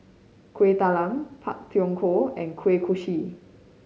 Kueh Talam Pak Thong Ko and Kuih Kochi